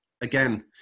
again